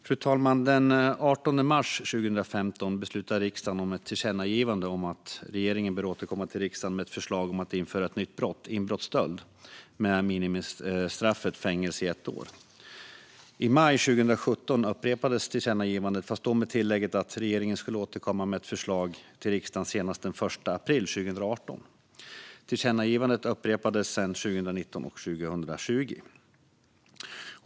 Fru talman! Den 18 mars 2015 beslutade riksdagen om ett tillkännagivande om att regeringen skulle återkomma till riksdagen med ett förslag om att införa ett nytt brott - inbrottsstöld - med minimistraffet fängelse i ett år. I maj 2017 upprepades tillkännagivandet, fast då med tillägget att regeringen skulle återkomma med ett förslag till riksdagen senast den 1 april 2018. Tillkännagivandet upprepades sedan 2019 och 2020.